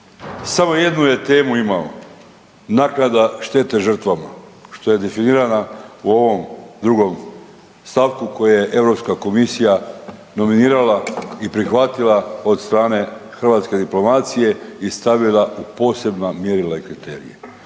samo jednu je temu imao – naknada štete žrtvama što je definirana u ovom drugom stavku koje je Europska komisija nominirala i prihvatila od strane hrvatske diplomacije i stavila u posebna mjerila i kriterije.